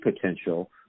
potential